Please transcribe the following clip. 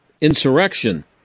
insurrection